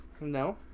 No